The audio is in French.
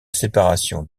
séparation